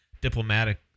Diplomatic